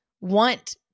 want